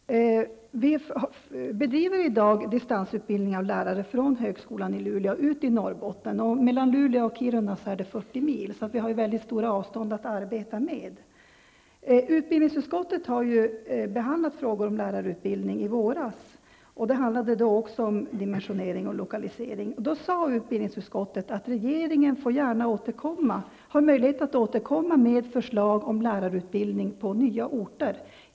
Fru talman! Vi bedriver i dag distansutbildning av lärare från högskolan i Luleå. Mellan Luleå och Kiruna är det 40 mil, så vi har väldigt stora avstånd att arbeta med. Utbildningsutskottet behandlade frågor om lärarutbildning i våras, och då handlade det också om dimensionering och lokalisering. Då sade utbildningsutskottet att regeringen har möjlighet att återkomma med förslag om lärarutbildning på nya orter.